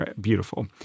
Beautiful